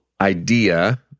idea